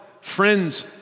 friends